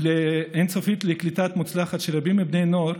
האין-סופית לקליטה מוצלחת של רבים מבני הנוער.